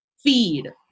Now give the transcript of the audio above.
feed